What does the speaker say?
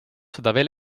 veel